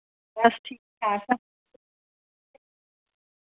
बस ठीक ठाक